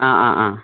ആ ആ ആ